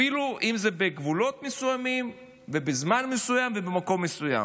אפילו אם זה בגבולות מסוימים ובזמן מסוים ובמקום מסוים.